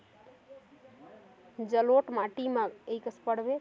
जलोढ़ माटी मां कोन सा फसल ह अच्छा होथे अउर माटी म कोन कोन स हानिकारक तत्व होथे?